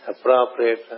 appropriate